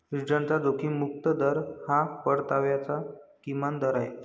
रिटर्नचा जोखीम मुक्त दर हा परताव्याचा किमान दर आहे